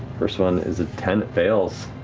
first one is a ten, it fails.